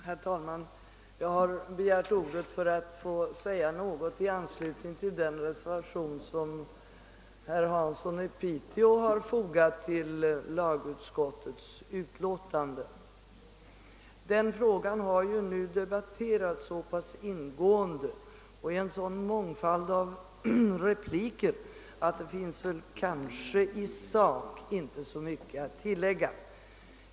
Herr talman! Jag har begärt ordet för att säga något om den reservation som herr Hansson i Piteå fogat till första lagutskottets utlåtande. Frågan har nu debatterats så ingående och i en sådan mångfald repliker att det inte finns så mycket att tillägga i sak.